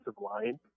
line